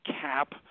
cap